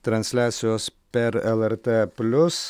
transliacijos per lrt plius